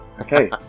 Okay